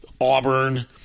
Auburn